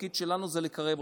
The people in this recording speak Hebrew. התפקיד שלנו הוא לקרב אותם.